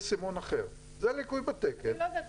זה ליקוי בתקן, ליקוי סימון אחר.